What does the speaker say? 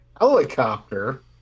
Helicopter